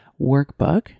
workbook